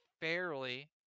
fairly